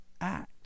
act